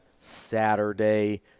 Saturday